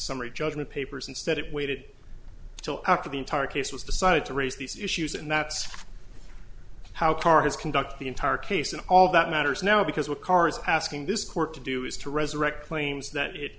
summary judgment papers instead it waited until after the entire case was decided to raise these issues and that's how carr has conduct the entire case and all that matters now because what cars asking this court to do is to resurrect claims that it